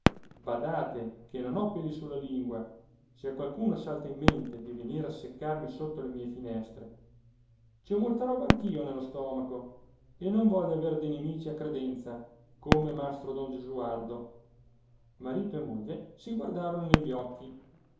badate che non ho peli sulla lingua se a qualcuno salta in mente di venire a seccarmi sotto le mie finestre ci ho molta roba anch'io nello stomaco e non voglio aver dei nemici a credenza come mastro don gesualdo marito e moglie si guardarono negli occhi